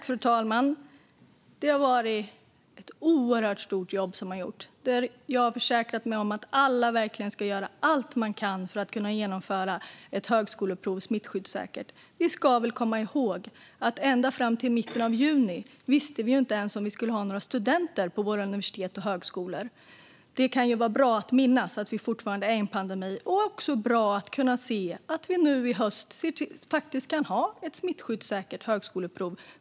Fru talman! Det har gjorts ett oerhört stort jobb. Jag har försäkrat mig om att alla verkligen gör allt de kan för att ett smittskyddssäkert högskoleprov ska kunna genomföras. Vi ska komma ihåg att vi ända fram till mitten av juni inte ens visste om vi skulle ha några studenter på våra universitet och högskolor. Det kan vara bra att minnas att vi fortfarande är i en pandemi. Men vi kommer faktiskt att kunna genomföra ett smittskyddssäkert högskoleprov i höst.